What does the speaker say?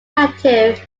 active